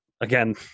again